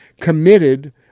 committed